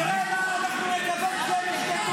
תראה מה אנחנו נקבל כשהם ישלטו פה.